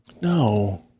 No